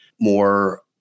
More